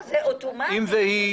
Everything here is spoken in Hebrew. אם זה היא,